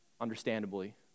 understandably